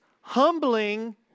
humbling